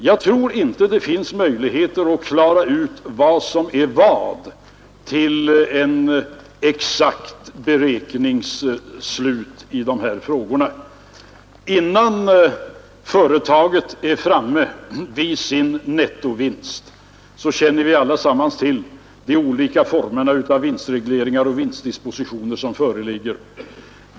Jag tror inte det finns några möjligheter att till en exakt beräknings slut klara ut vad som är vad i dessa frågor. Vi känner allesammans till de olika former av vinstregleringar och vinstdispositioner som föreligger innan ett företag är framme vid sin nettovinst.